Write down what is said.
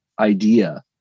idea